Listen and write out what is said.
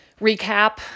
recap